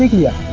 ah yes,